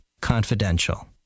confidential